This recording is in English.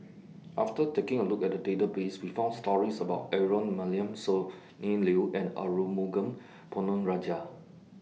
after taking A Look At The Database We found stories about Aaron Maniam Sonny Liew and Arumugam Ponnu Rajah